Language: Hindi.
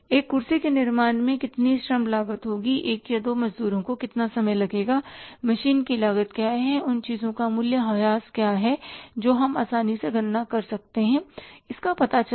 एक कुर्सी के निर्माण में कितनी श्रम लागत होगी एक या दो मज़दूरों को कितना समय लगेगा मशीन की लागत क्या है उन चीजों का मूल्यह्रास क्या है जो हम आसानी से गणना कर सकते हैं इसका पता चला